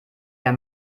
herr